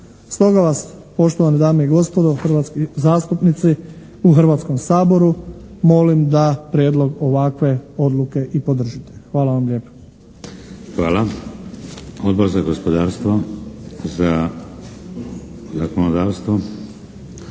Stoga vas, poštovane dame i gospodo hrvatski zastupnici u Hrvatskom saboru, molim da prijedlog ovakve odluke i podržite. Hvala vam lijepa. **Šeks, Vladimir (HDZ)** Hvala. Odbor za gospodarstvo? Za zakonodavstvo?